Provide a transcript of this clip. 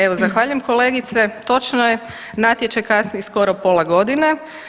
Evo zahvaljujem kolegice, točno je natječaj kasni skoro pola godine.